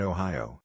Ohio